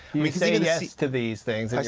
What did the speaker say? say and yes to these things, and you're